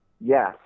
yes